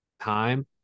time